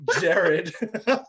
jared